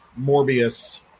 Morbius